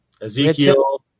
Ezekiel